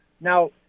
Now